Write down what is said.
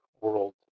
world